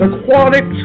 Aquatic